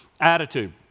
attitude